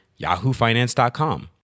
yahoofinance.com